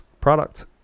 product